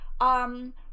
um-